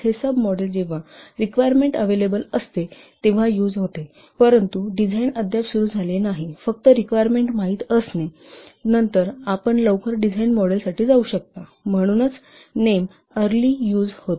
हे सब मॉडेल जेव्हा रिक्वायरमेंट अव्हेलेबल असते तेव्हा यूज होते परंतु डिझाइन अद्याप सुरू झाले नाही फक्त रिक्वायरमेंट माहित असते नंतर आपण लवकर डिझाइन मॉडेलसाठी जाऊ शकता म्हणूनच नेम अर्ली यूज होते